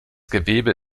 gewebe